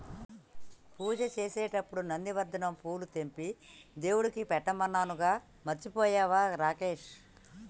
పూజ చేసేటప్పుడు నందివర్ధనం పూలు తెంపి దేవుడికి పెట్టమన్నానుగా మర్చిపోయినవా రాకేష్